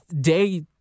day